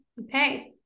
okay